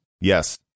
Yes